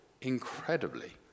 incredibly